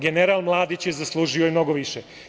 General Mladić je zaslužio i mnogo više.